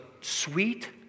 sweet